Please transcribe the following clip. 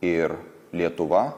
ir lietuva